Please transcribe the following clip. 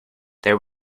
there